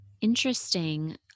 Interesting